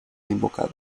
invocado